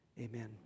amen